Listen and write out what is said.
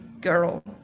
girl